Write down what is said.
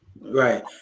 Right